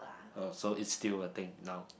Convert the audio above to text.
oh so is still a thing now